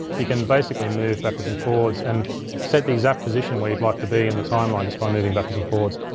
you can basically move backwards and forwards and set the exact position where you'd like to be in the timeline just by moving backwards and forwards.